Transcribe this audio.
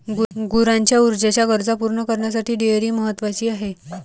गुरांच्या ऊर्जेच्या गरजा पूर्ण करण्यासाठी डेअरी महत्वाची आहे